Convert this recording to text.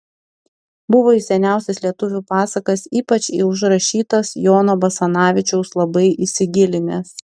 buvo į seniausias lietuvių pasakas ypač į užrašytas jono basanavičiaus labai įsigilinęs